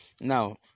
Now